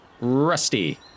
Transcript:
Rusty